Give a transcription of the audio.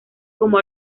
como